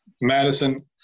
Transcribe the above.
Madison